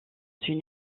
une